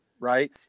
right